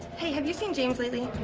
hey, have you seen james lately?